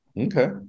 Okay